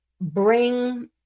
bring